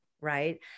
right